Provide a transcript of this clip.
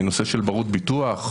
נושא של ברות ביטוח,